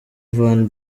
van